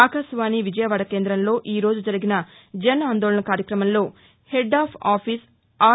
ఆకాశవాణి విజయవాడ కేంద్రంలో ఈరోజు జరిగిన జన్ ఆందోళన్ కార్యక్రమంలో హెడ్ ఆఫ్ ఆఫీస్ ఆర్